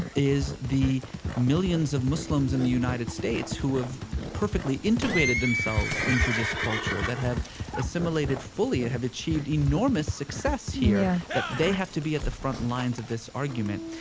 is the millions of muslims in the united states who have perfectly integrated themselves into this culture. that have assimilated fully, have achieved enormous success here yeah that they have to be at the front lines of this argument.